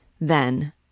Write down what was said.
Then